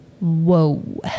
Whoa